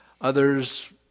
others